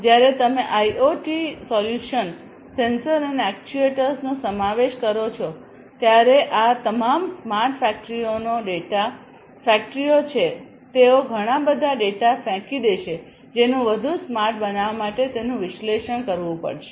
જ્યારે તમે IoT solution sensor અને એક્ટ્યુએટર્સનો સમાવેશ કરો છો ત્યારે આ તમામ સ્માર્ટ ફેક્ટરીઓનો ડેટા ફેક્ટરીઓ છેતેઓ ઘણા બધા ડેટા ફેંકી દેશે જેનું વધુ સ્માર્ટ બનાવવા માટે તેનું વિશ્લેષણ કરવું પડશે